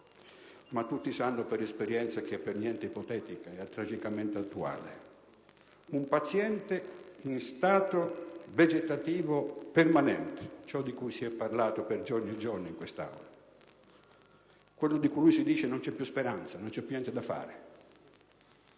se tutti sanno per esperienza che è per niente ipotetica e tragicamente attuale: un paziente in stato vegetativo permanente, ciò di cui si è parlato per giorni e giorni in quest'Aula, quello per il quale si dice che non c'è più speranza, non c'è più niente da fare.